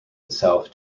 itself